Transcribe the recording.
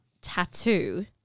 tattoo